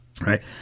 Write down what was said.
right